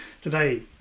Today